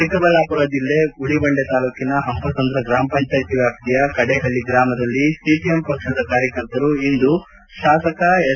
ಚಿಕ್ಕಬಳ್ಳಾಪುರ ಜಿಲ್ಲೆ ಗುಡಿಬಂಡೆ ತಾಲೂಕಿನ ಪಂಪಸಂದ್ರ ಗ್ರಾಮ ಪಂಚಾಯತಿ ವ್ಯಾಪ್ತಿಯ ಕಡೇಪಳ್ಳಿ ಗ್ರಾಮದಲ್ಲಿ ಶಿಪಿಐಎಂ ಪಕ್ಷದ ಕಾರ್ಯಕರ್ತರು ಇಂದು ಶಾಸಕ ಎಸ್